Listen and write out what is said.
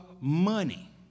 money